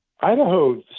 Idaho